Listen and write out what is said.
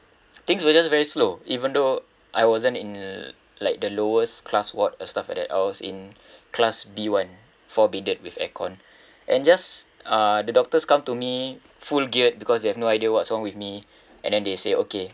things were just very slow even though I wasn't in like the lowest class ward or stuff like that I was in class B [one] four bedded with aircon and just uh the doctors come to me full geared because they have no idea what's wrong with me and then they say okay